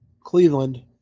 Cleveland